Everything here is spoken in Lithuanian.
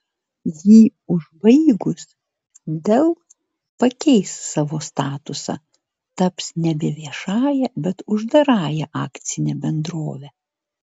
jį užbaigus dell pakeis savo statusą taps nebe viešąja bet uždarąja akcine bendrove